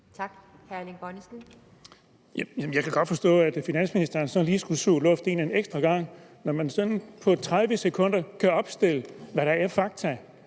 17:39 Erling Bonnesen (V): Jeg kan godt forstå, at finansministeren sådan lige skulle suge luft ind en ekstra gang, når der sådan på 30 sekunder kan opstilles, hvad der er fakta.